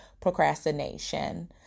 procrastination